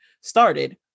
started